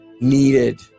needed